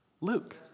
Luke